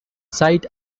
site